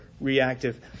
reactive